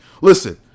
listen